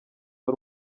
ari